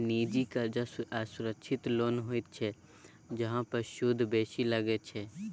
निजी करजा असुरक्षित लोन होइत छै जाहि पर सुद बेसी लगै छै